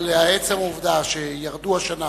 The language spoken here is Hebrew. אבל עצם העובדה שירדו השנה